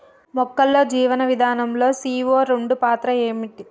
మొక్కల్లో జీవనం విధానం లో సీ.ఓ రెండు పాత్ర ఏంటి?